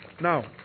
Now